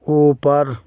اوپر